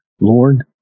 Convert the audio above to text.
Lord